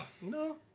No